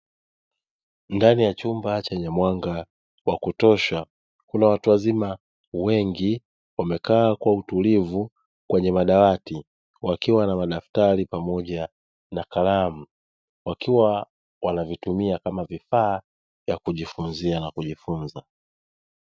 Ndani ya chumba chenye mwanga wa kutosha chenye madawati kuna watu wazima wengi wamekaa kwa utulivu kwenye madawati, wakiwa na madaftari pamoja na kalamu wakiwa wanavitumia kama vifaa vya kujifunzia na kujifunza.